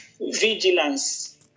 Vigilance